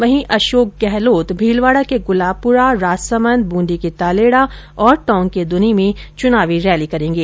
वहीं अशोक गहलोत भीलवाडा के गुलाबपुरा राजसमंद बूंदी के तालेडा तथा टोंक के दूनी में चुनावी रैली करेंगे